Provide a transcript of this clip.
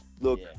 Look